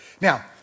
Now